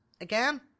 Again